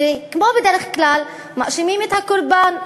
כמו בדרך כלל, מאשימים את הקורבן.